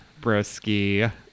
Broski